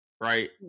Right